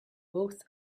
both